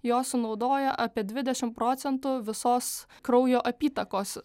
jos sunaudoja apie dvidešimt procentų visos kraujo apytakos